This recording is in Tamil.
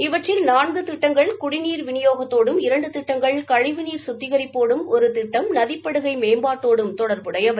இவற்றில் நான்கு திட்டங்கள் குடிநீர் விநியோகத்தோடும் இரண்டு திட்டங்கள் கழிவு நீர் சுத்திகரிப்போடும் ஒரு திட்டம் நதிப்படுகை மேம்பாட்டோடும் தொடர்புடையவை